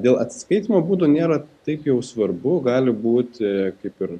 dėl atsiskaitymo būdo nėra taip jau svarbu gali būti kaip ir